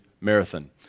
marathon